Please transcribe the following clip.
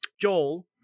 Joel